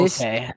Okay